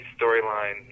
storyline